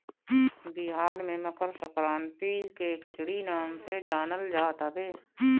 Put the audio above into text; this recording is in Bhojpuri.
बिहार में मकरसंक्रांति के खिचड़ी नाम से जानल जात हवे